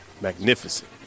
magnificent